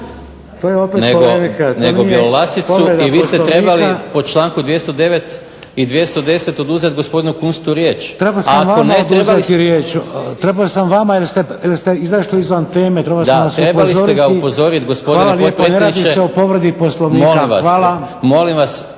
To je opet polemika,